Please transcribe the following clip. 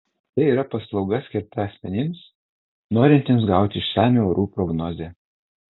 tai yra paslauga skirta asmenims norintiems gauti išsamią orų prognozę